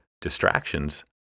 distractions